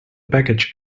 package